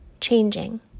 changing